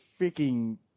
freaking